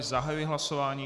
Zahajuji hlasování.